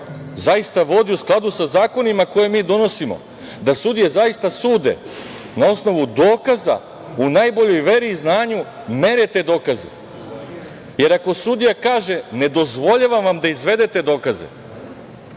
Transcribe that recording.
zaista vodi u skladu sa zakonima koje mi donosimo, da sudije zaista sude na osnovu dokaza, u najboljoj veri i znanju mere te dokaze. Jer, ako sudija kaže – ne dozvoljavam vam da izvedete dokaze